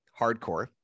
Hardcore